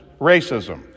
racism